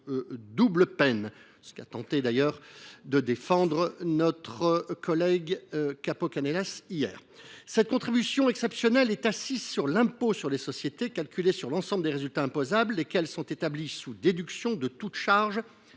d’ailleurs ce qu’a tenté de défendre hier notre collègue Vincent Capo Canellas. Cette contribution exceptionnelle est assise sur l’impôt sur les sociétés, calculé sur l’ensemble des résultats imposables, lesquels sont établis sous déduction de toutes charges,